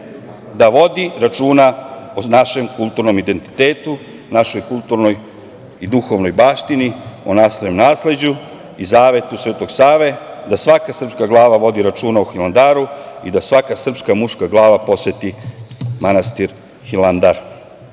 da vodi računa o našem kulturnom identitetu, našoj kulturnoj i duhovnoj baštini, o našem nasleđu i zavetu Svetog Save da svaka srpska glava vodi računa o Hilandaru i da svaka srpska muška glava poseti manastir Hilandar. Ovaj